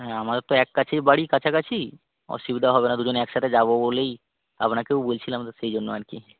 হ্যাঁ আমাদের তো এক কাছেই বাড়ি কাছাকাছি অসুবিধা হবে না দুজন একসাথে যাব বলেই আপনাকেও বলছিলাম সেই জন্য আর কি